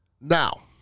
Now